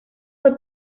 fue